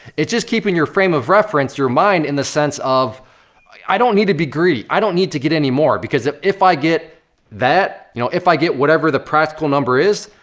it's just keeping your frame of reference, your mind, in the sense of i don't need to be greedy. i don't need to get any more, because if if i get that, you know, if i get whatever the practical number is,